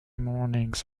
mornings